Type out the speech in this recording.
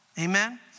Amen